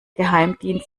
geheimdienst